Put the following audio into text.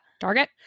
Target